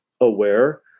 aware